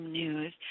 news